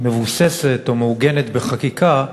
מבוססת או מעוגנת בחקיקה,